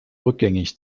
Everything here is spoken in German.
rückgängig